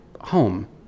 home